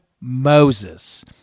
Moses